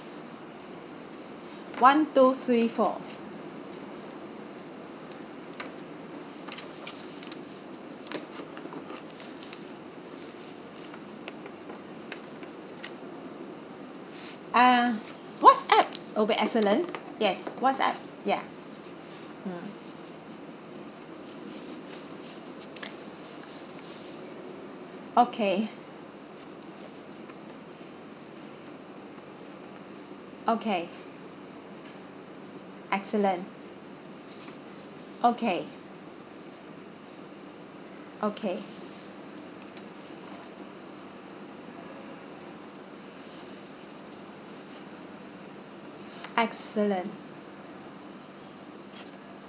one two three four uh whatsapp will be excellent yes whatsapp ya okay okay excellent okay okay excellent